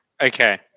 Okay